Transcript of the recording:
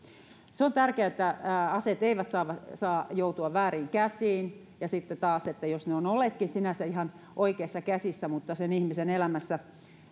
se on tärkeää että aseet eivät saa saa joutua vääriin käsiin ja sitten taas se että jos ne ovat olleetkin sinänsä ihan oikeissa käsissä mutta sen ihmisen elämässä